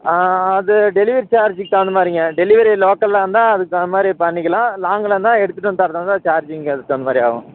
delivery சார்ஜ்ஜூக்கு தகுந்தமாதிரிங்க delivery லோக்கலாக இருந்தால் அதுக்கு தகுந்தமாதிரி பண்ணிக்கலாம் லாங்கில் இருந்தால் எடுத்துவிட்டு வந்து தர்றதாக சார்ஜ் இங்கே அதுக்குத் தகுந்தமாதிரி ஆகும்